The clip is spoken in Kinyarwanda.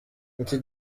iki